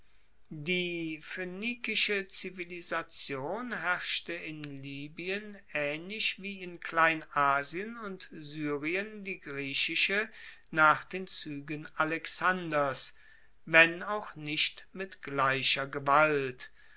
die phoenikische zivilisation herrschte in libyen aehnlich wie in kleinasien und syrien die griechische nach den zuegen alexanders wenn auch nicht mit gleicher gewalt